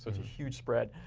that's a huge spread.